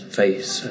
face